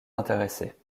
intéressés